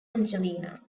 angelina